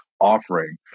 offering